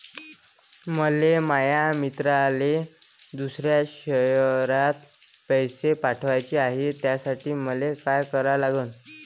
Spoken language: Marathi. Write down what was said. मले माया मित्राले दुसऱ्या शयरात पैसे पाठवाचे हाय, त्यासाठी मले का करा लागन?